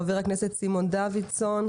חבר הכנסת סימון דוידסון,